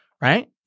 Right